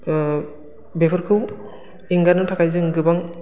बेफोरखौ एंगारनो थाखाय जों गोबां